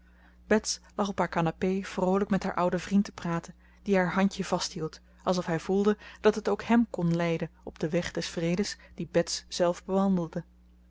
op haar canapé vroolijk met haar ouden vriend te praten die haar handje vasthield alsof hij voelde dat het ook hem kon leiden op den weg des vredes dien bets zelf bewandelde